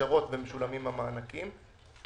מאושרות ומשולמים המענקים.